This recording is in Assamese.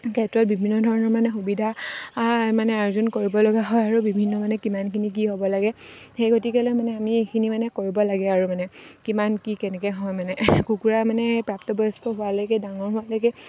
ক্ষেত্ৰত বিভিন্ন ধৰণৰ মানে সুবিধা মানে আৰ্জন কৰিব লগা হয় আৰু বিভিন্ন মানে কিমানখিনি কি হ'ব লাগে সেই গতিকেলৈ মানে আমি এইখিনি মানে কৰিব লাগে আৰু মানে কিমান কি কেনেকৈ হয় মানে কুকুৰা মানে প্ৰাপ্তবয়স্ক হোৱালৈকে ডাঙৰ হোৱালৈকে